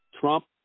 Trump